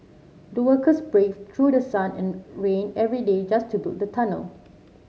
the workers braved through the sun and rain every day just to build the tunnel